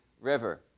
river